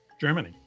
Germany